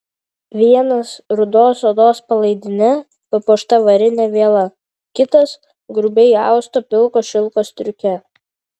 vienas rudos odos palaidine papuošta varine viela kitas grubiai austo pilko šilko striuke